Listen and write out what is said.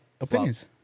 opinions